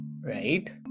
right